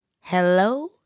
Hello